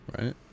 right